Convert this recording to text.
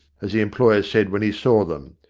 as the employer said when he saw them.